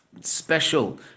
special